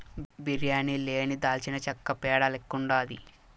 బిర్యానీ లేని దాల్చినచెక్క పేడ లెక్కుండాది